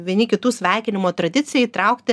vieni kitų sveikinimo tradiciją įtraukti